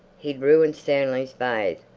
he'd ruined stanley's bathe.